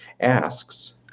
asks